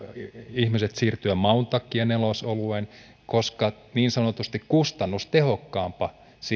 ihmiset siirtyä maun takia nelosolueen koska ei ole niin sanotusti kustannustehokkaampaa saada siitä